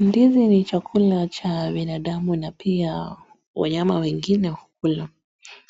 Ndizi ni chakula cha binadamu na pia wanyama wengine kula